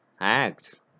acts